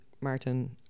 Martin